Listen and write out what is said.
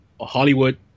Hollywood